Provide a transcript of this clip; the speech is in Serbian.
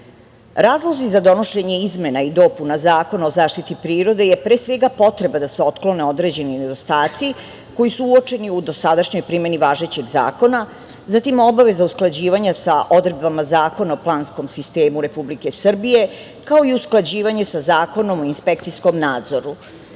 značaj. Razlozi za donošenje izmena i dopuna Zakona o zaštiti prirode je pre svega potreba da se otklone određeni nedostaci koji su uočeni u dosadašnjoj primeni važećeg zakona, zatim obaveza usklađivanja sa odredbama Zakona o planskom sistemu Republike Srbije, kao i usklađivanje sa Zakonom i inspekcijskom nadzoru. Važno